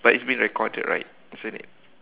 but it's being recorded right isn't it